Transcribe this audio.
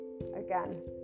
Again